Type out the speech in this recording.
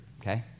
okay